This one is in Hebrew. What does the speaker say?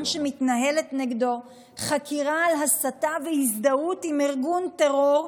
שמתנהלת נגדו חקירה על הסתה והזדהות עם ארגון טרור,